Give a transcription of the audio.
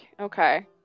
okay